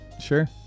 Sure